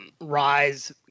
Rise